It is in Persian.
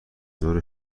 ظهر